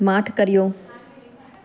माठि कयो